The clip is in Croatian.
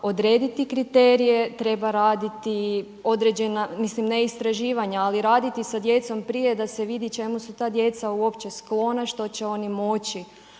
odrediti kriterije, treba raditi određena, mislim ne istraživanja ali raditi sa djecom prije da se vidi čemu su ta djeca uopće sklona, što će oni moći